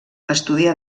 estudià